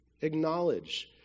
Acknowledge